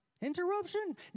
Interruption